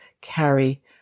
carry